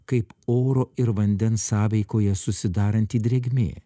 kaip oro ir vandens sąveikoje susidaranti drėgmė